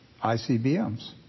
ICBMs